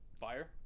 Fire